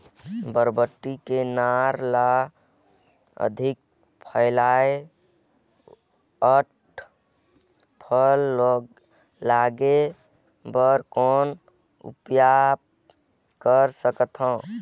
बरबट्टी के नार ल अधिक फैलाय अउ फल लागे बर कौन उपाय कर सकथव?